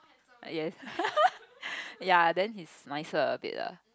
yes ya then he's nicer a bit lah